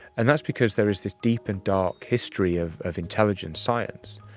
and that's because there is this deep and dark history of of intelligence science.